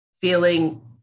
feeling